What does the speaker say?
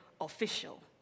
official